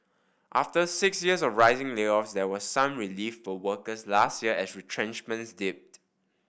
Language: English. after six years of rising layoffs there was some relief for workers last year as retrenchments dipped